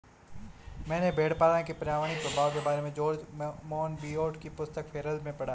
मैंने भेड़पालन के पर्यावरणीय प्रभाव के बारे में जॉर्ज मोनबियोट की पुस्तक फेरल में पढ़ा